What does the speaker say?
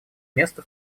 место